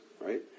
right